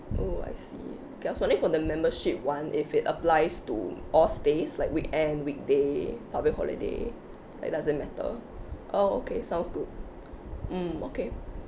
oh I see okay I was wondering for the membership one if it applies to all stays like weekend weekday public holiday like does it matter oh okay sounds good mm okay